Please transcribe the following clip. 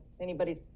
anybody's